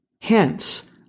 Hence